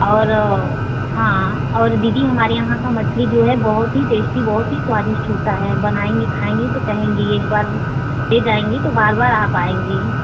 और हाँ और दीदी हमारे यहाँ का मछली जो है बहुत ही टेस्टी बहुत ही स्वादिष्ट होता है बनाएँगी खाएँगी तो कहेंगी एक बार ले जाएँगी तो बार बार आप आएँगी